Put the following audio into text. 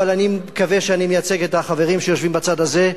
אבל אני מקווה שאני מייצג את החברים שיושבים בצד הזה,